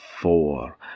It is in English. four